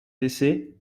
décès